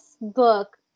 book